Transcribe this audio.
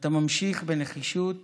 ואתה ממשיך בנחישות